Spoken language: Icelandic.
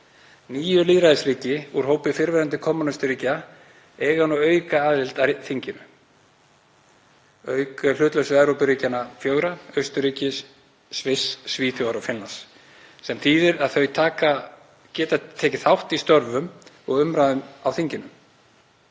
Níu lýðræðisríki úr hópi fyrrverandi kommúnistaríkja eiga nú aukaaðild að þinginu (auk hlutlausu Evrópuríkjanna fjögurra, Austurríkis, Sviss, Svíþjóðar og Finnlands) sem þýðir að þau geta tekið þátt í störfum og umræðum á þinginu.